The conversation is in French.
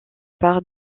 par